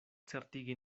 certigi